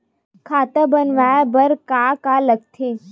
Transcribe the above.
खाता बनवाय बर का का लगथे?